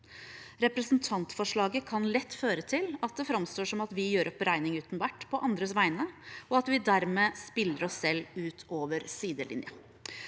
Representantforslaget kan lett føre til at det framstår som at vi gjør opp regning uten vert på andres vegne, og at vi dermed spiller oss selv ut over sidelinjen.